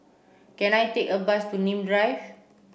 can I take a bus to Nim Drive